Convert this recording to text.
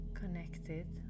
connected